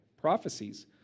prophecies